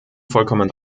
vollkommen